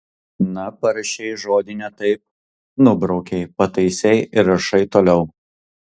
na parašei žodį ne taip nubraukei pataisei ir rašai toliau